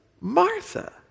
Martha